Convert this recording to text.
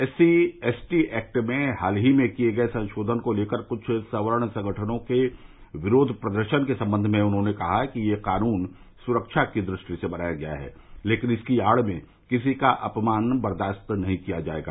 SC ST act में हाल ही में किये गये संशोधन को लेकर कुछ सवर्ण संगठनों के विरोध प्रदर्शन के सन्दर्भ में उन्होंने कहा कि यह क़ानून सुरक्षा की दृष्टि से बनाया गया है लेकिन इसकी आड़ में किसी का अपमान बर्दाश्त नहीं किया जायेगा